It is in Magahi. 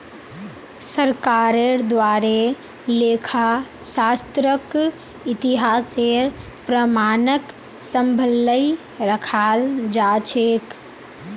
सरकारेर द्वारे लेखा शास्त्रक इतिहासेर प्रमाणक सम्भलई रखाल जा छेक